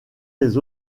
les